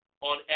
on